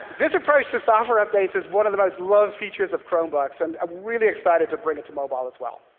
this approach to software updates is one of the most loved features of chromebooks and i'm really excited to bring it to mobile as well.